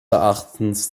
erachtens